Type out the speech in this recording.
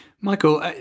Michael